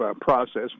process